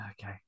okay